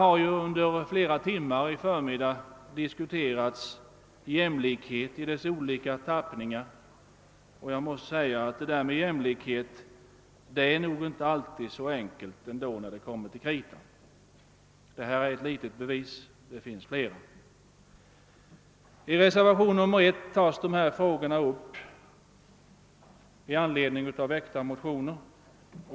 Här har under förmiddagen i flera timmar diskuterats jämlikhet i dess olika tappningar, och det där med jämlikhet är nog ändå inte alltid så enkelt, när det verkligen kommer till kritan. Detta är ett litet bevis; det fins flera. I reservation 1 a tas dessa frågor upp i anledning av väckta motioner.